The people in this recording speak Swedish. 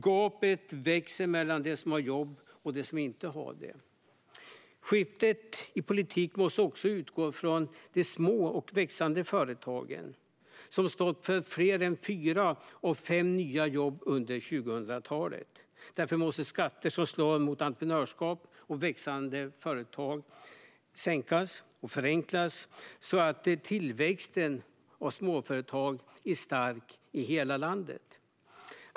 Gapet växer mellan dem som har ett jobb och dem som inte har det. Skiftet i politik måste också utgå från de små och växande företagen, som har stått för fler än fyra av fem nya jobb på 2000-talet. Därför måste skatter som slår mot entreprenörskap och växande företag sänkas och förenklas så att tillväxten av småföretag är stark i hela landet.